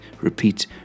repeat